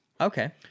Okay